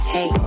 Hey